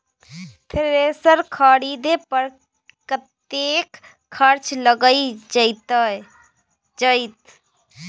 Thresher खरीदे पर कतेक खर्च लाईग जाईत?